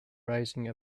rising